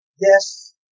Yes